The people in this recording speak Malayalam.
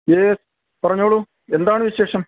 യേസ് പറഞ്ഞോളു എന്താണ് വിശേഷം